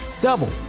double